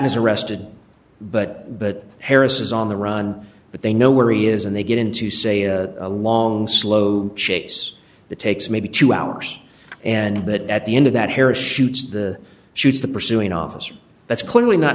is arrested but but harris is on the run but they know where he is and they get into say a long slow chase the takes maybe two hours and but at the end of that harris shoots the shoots the pursuing officer that's clearly not